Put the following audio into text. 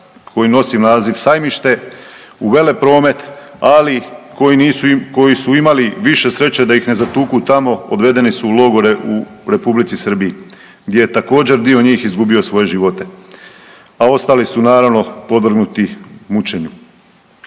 koji nosi naziv Sajmište u Velepromet, ali koji su imali više sreće da ih ne zatuku tamo odvedeni su u logore u Republici Srbiji gdje je također dio njih izgubio svoje živote, a ostali su naravno podvrgnuti mučenju.